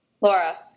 Laura